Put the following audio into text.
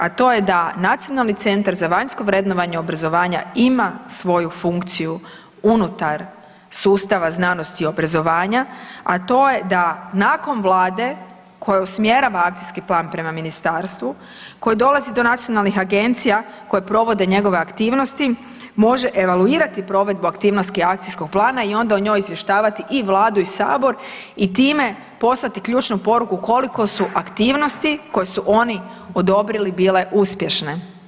A to je da Nacionalni centar za vanjsko vrednovanje obrazovanja ima svoju funkciju unutar sustava znanosti i obrazovanja, a to je da nakon Vlade koja usmjerava akcijski plan prema ministarstvu koji dolazi do nacionalnih agencija koji provode njegove aktivnosti, može evaluirati provedbu aktivnosti akcijskog plana i onda o njoj izvještavati i Vladu i sabor i time poslati ključnu poruku koliko su aktivnosti koje su oni odobrili bile uspješne.